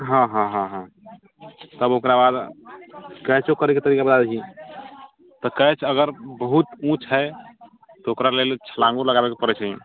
हँ हँ हँ हँ तब ओकरा बाद कैचो करैके तरीका बता दै छी तऽ कैच अगर बहुत ऊँच है तऽ ओकरा लेल छलांगो लगाबैके पड़ै छै